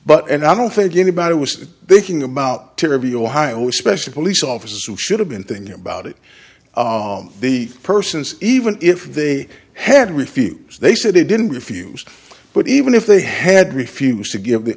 but and i don't think anybody was thinking about terribly ohio special police officers who should have been thinking about it the persons even if they had refuse they said they didn't refuse but even if they had refused to give the